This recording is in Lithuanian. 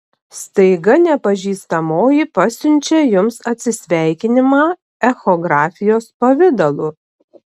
staiga nepažįstamoji pasiunčia jums atsisveikinimą echografijos pavidalu